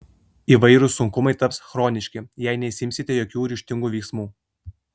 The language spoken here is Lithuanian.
įvairūs sunkumai taps chroniški jei nesiimsite jokių ryžtingų veiksmų